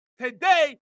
today